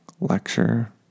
lecture